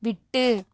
விட்டு